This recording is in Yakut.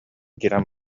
киирэн